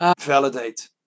Validate